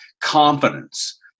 confidence